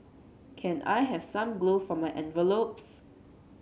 can I have some glue for my envelopes